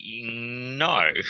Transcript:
No